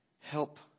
help